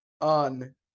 on